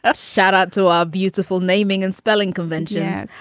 ah shout out to our beautiful naming and spelling convention.